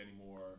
anymore